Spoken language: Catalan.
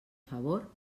favor